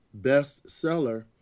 bestseller